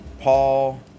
Paul